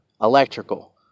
electrical